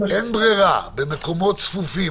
אין ברירה אחרת במקומות צפופים.